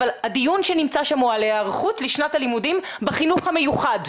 אבל הדיון שנמצא שם הוא על היערכות לשנת הלימודים בחינוך המיוחד.